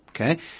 Okay